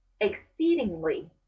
exceedingly